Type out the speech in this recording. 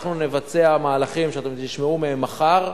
אנחנו נבצע מהלכים שאתם תשמעו עליהם מחר,